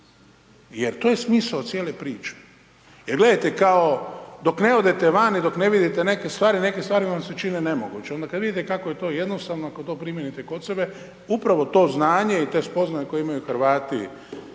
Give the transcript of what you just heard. Jer to je smisao cijele priče, jer gledajte kao dok ne odete van i dok ne vidite neke stvari, neke stvari vam se čine nemogućim, onda kad vidite kako je to jednostavno ako to primijenite kod sebe upravo to znanje i te spoznaje koje imaju Hrvati